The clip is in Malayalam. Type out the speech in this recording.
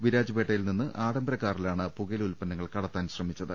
വിരാജ്പേട്ടയിൽ നിന്ന് ആഡംബര കാറിലാണ് പുകയില ഉത്പന്നങ്ങൾ കട ത്താൻ ശ്രമിച്ചത്